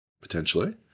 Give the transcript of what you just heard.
Potentially